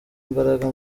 imbaraga